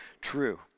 true